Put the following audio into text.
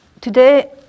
today